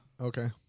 okay